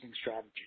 strategy